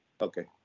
okay